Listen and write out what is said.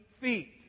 feet